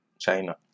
China